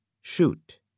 Shoot